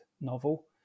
novel